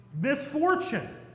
misfortune